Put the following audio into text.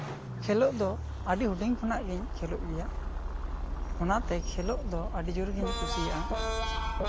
ᱠᱷᱮᱞᱳᱜ ᱫᱚ ᱟᱹᱰᱤ ᱦᱩᱰᱤᱧ ᱠᱷᱚᱱᱟᱜ ᱜᱤᱧ ᱠᱷᱮᱞᱳᱜ ᱜᱮᱭᱟ ᱚᱱᱟᱛᱮ ᱠᱷᱮᱞᱳᱜ ᱫᱚ ᱟᱹᱰᱤ ᱡᱳᱨ ᱜᱤᱧ ᱠᱩᱥᱤᱭᱟᱜᱼᱟ